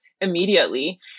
immediately